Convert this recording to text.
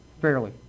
fairly